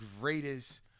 greatest